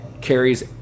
carries